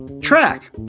track